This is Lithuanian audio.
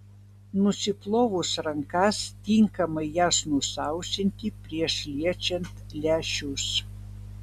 nusiplovus rankas tinkamai jas nusausinti prieš liečiant lęšius